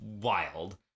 wild